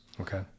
Okay